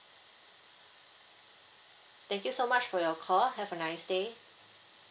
thank you so much for your call have a nice day